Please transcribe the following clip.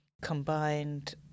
combined